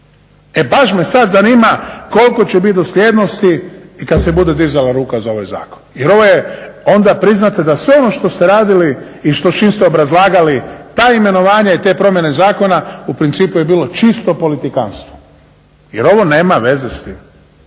E baš me sad zanima koliko će biti dosljednosti i kad se bude dizala ruka za ovaj zakon. Jer ovo je onda priznate da sve ono što ste radili i što i čim ste obrazlagali ta imenovanja i te promjene zakona u principu je bilo čisto politikanstvo. Jer ovo nema veze s tim.